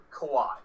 Kawhi